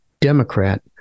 Democrat